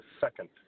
second